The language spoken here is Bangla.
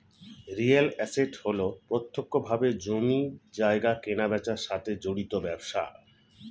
রিয়েল এস্টেট হল প্রত্যক্ষভাবে জমি জায়গা কেনাবেচার সাথে জড়িত ব্যবসা